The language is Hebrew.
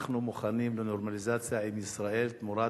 אנחנו מוכנים לנורמליזציה עם ישראל תמורת